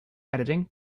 editing